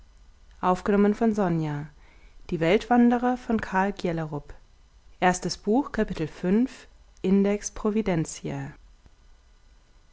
die affensprossen in